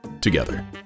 together